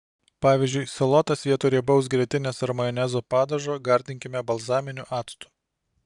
pavyzdžiui salotas vietoj riebaus grietinės ar majonezo padažo gardinkime balzaminiu actu